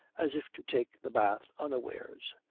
as if to take the bath unawares.